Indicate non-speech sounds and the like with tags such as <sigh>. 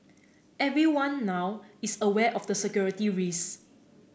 everyone now is aware of the security <unintelligible>